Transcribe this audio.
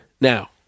Now